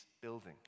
building